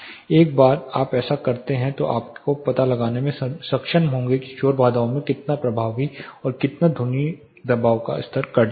एक बार जब आप ऐसा कर लेते हैं तो आप यह पता लगाने में सक्षम होंगे कि शोर बाधाओं से कितना प्रभावी और कितना ध्वनि दबाव का स्तर कट जाता है